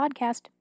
Podcast